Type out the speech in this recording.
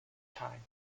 time